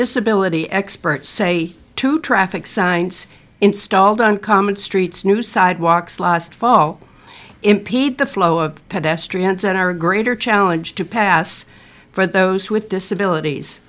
disability experts say two traffic signs installed on common streets new sidewalks last fall impede the flow of pedestrians and are a greater challenge to pass for those with disabilities